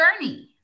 journey